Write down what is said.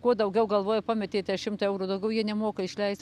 kuo daugiau galvoja pametėte šimtą eurų daugiau jie nemoka išleist